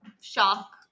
shock